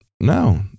No